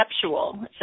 conceptual